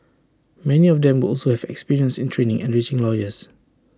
many of them will also have experience in training and reaching lawyers